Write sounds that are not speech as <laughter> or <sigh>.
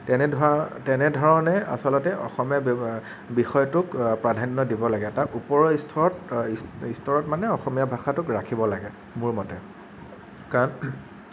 <unintelligible> তেনেধৰণে আচলতে অসমীয়া বিষয়টোক প্ৰাধান্য দিব লাগে তাৰ ওপৰৰ <unintelligible> স্তৰত মানে অসমীয়া ভাষাটোক ৰাখিব লাগে মোৰ মতে কাৰণ